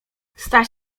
staś